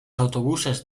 autobuses